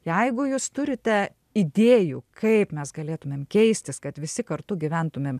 jeigu jūs turite idėjų kaip mes galėtumėm keistis kad visi kartu gyventumėm